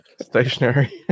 stationary